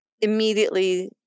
immediately